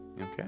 Okay